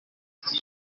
they